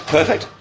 Perfect